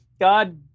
God